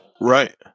Right